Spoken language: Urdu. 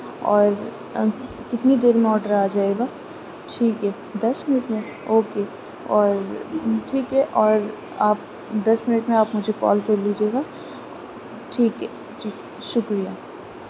اور کتنی دیر میں آڈر آ جائے گا ٹھیک ہے دس منٹ میں اوکے اور ٹھیک ہے اور آپ دس منٹ میں آپ مجھے کال کر لیجیے گا ٹھیک ہے ٹھیک ہے شکریہ